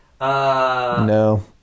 No